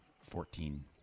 Fourteen